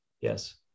yes